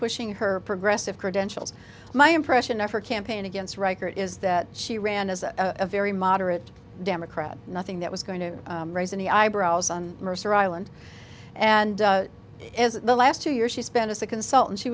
pushing her progressive credentials my impression of her campaign against record is that she ran as a very moderate democrat nothing that was going to raise any eyebrows on mercer island and as the last two years she spent as a consultant she